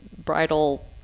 bridal